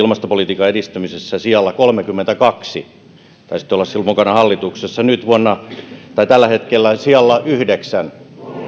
vertailussa ilmastopolitiikan edistämisessä sijalla kolmekymmentäkaksi taisitte olla silloin mukana hallituksessa ja nyt tällä hetkellä sijalla yhdeksäs